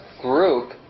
group